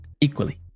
equally